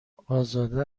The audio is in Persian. ازاده